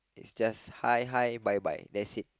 is just hi hi bye bye that's it